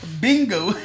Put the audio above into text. Bingo